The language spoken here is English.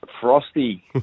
frosty